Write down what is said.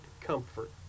comfort